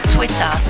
Twitter